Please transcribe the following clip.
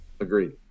Agreed